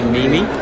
Mimi